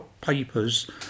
papers